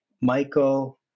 Michael